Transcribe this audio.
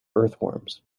earthworms